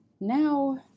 Now